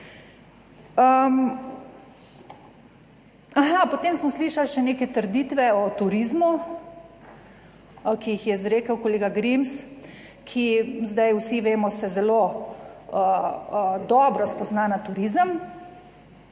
potem smo slišali še neke trditve o turizmu, ki jih je izrekel kolega Grims, ki zdaj vsi vemo, se zelo dobro spozna na turizem